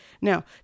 Now